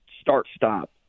start-stop